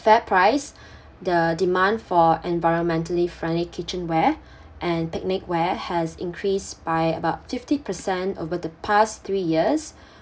affect price the demand for environmentally friendly kitchenware and picnicware has increased by about fifty percent over the past three years